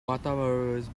matamoros